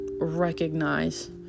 recognize